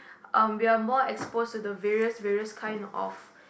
um we are more exposed to the various various kind of